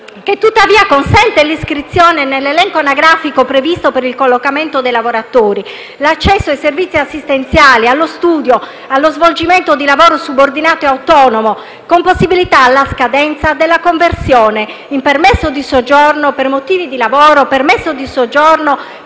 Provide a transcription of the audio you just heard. che tuttavia consente l'iscrizione nell'elenco anagrafico previsto per il collocamento dei lavoratori, l'accesso ai servizi assistenziali, allo studio, allo svolgimento di lavoro subordinato e autonomo, con possibilità, alla scadenza, della conversione in permesso di soggiorno per motivi di lavoro o in permesso di soggiorno